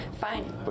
Fine